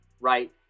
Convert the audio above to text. right